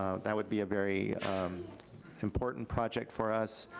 ah that would be a very important project for us.